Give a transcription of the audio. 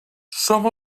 som